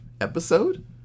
episode